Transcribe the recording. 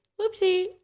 whoopsie